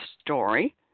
story